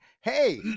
hey